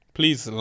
Please